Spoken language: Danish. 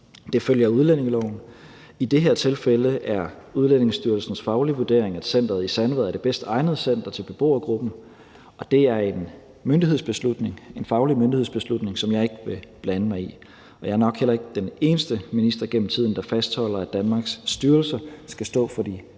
Det følger af udlændingeloven. I det her tilfælde er Udlændingestyrelsens faglige vurdering, at centeret i Sandvad er det bedst egnede center til beboergruppen. Det er en faglig myndighedsbeslutning, som jeg ikke vil blande mig i. Og jeg er nok heller ikke den eneste minister gennem tiden, der fastholder, at Danmarks styrelser skal stå for de